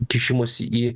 kišimosi į